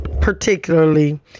particularly